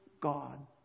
God